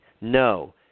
No